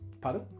Pardon